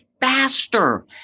faster